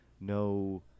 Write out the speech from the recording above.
no